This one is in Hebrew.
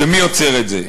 שמי יוצר את זה?